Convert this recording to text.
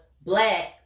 black